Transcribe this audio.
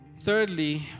Thirdly